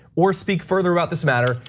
or speak further about this matter.